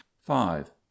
five